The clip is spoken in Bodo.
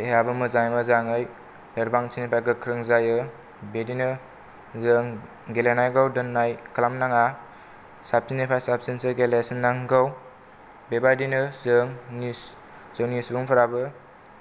देहायाबो मोजाङै मोजाङै लोरबांथि एबा गोख्रों जायो बिदिनो जों गेलेनायखौ दोननाय खालामनो नाङा साबसिननिफ्राय साबसिनसो गेलेसिननांगौ बेबायदिनो जोंनि जोंनि सुबुंफोराबो